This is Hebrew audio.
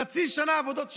חצי שנה עבודות שירות.